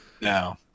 No